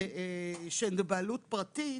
בבעלות פרטית,